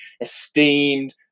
esteemed